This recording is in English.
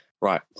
Right